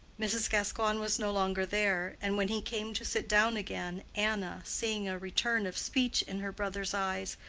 mrs. gascoigne was no longer there, and when he came to sit down again, anna, seeing a return of speech in her brother's eyes,